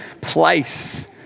place